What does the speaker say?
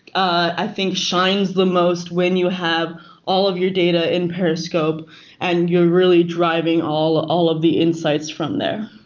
i think, shines the most when you have all of your data in periscope and you're really driving all ah all of the insights from there.